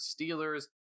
Steelers